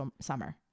summer